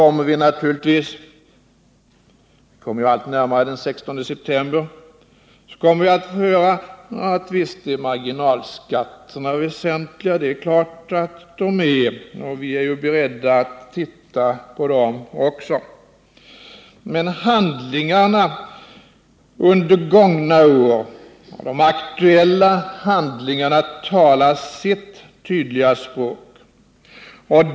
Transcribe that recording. Men vi kommer ju allt närmare den 16 september, och då kommer vi naturligtvis att få höra: Visst är marginalskatterna väsentliga — det är klart att de är, och vi är beredda att titta på dem också. Men handlingarna under gångna år liksom de aktuella handlingarna talar sitt tydliga språk.